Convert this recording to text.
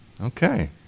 Okay